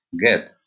get